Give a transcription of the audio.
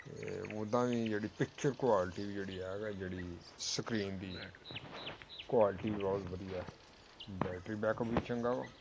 ਅਤੇ ਉੱਦਾਂ ਵੀ ਜਿਹੜੀ ਪਿਕਚਰ ਕੁਆਲਟੀ ਵੀ ਜਿਹੜੀ ਆ ਨਾ ਜਿਹੜੀ ਸਕਰੀਨ ਦੀ ਕੁਆਲਿਟੀ ਵੀ ਬਹੁਤ ਵਧੀਆ ਹੈ ਬੈਟਰੀ ਬੈਕਅੱਪ ਵੀ ਚੰਗਾ ਵਾ